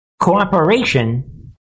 cooperation